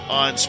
on